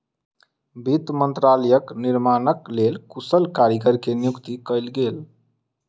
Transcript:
वित्त मंत्रालयक निर्माणक लेल कुशल कारीगर के नियुक्ति कयल गेल